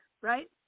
right